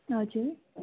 हजुर